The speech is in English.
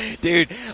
Dude